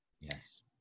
Yes